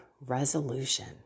resolution